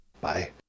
Bye